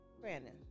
Brandon